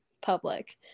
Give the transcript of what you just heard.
public